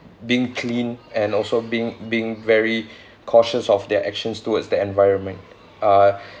being clean and also being being very cautious of their actions towards the environment uh